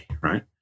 right